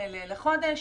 אמרת חודש,